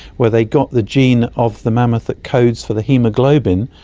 where they got the gene of the mammoth that codes for the haemoglobin,